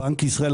בנק ישראל,